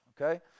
okay